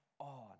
on